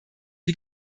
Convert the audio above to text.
die